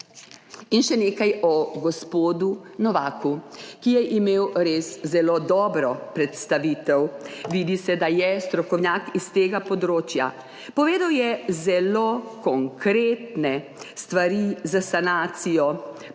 In še nekaj o gospodu Novaku, ki je imel res zelo dobro predstavitev. Vidi se, da je strokovnjak s tega področja. Povedal je zelo konkretne stvari za sanacijo